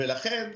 ולכן,